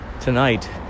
tonight